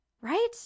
right